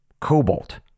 cobalt